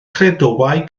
credoau